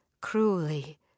cruelly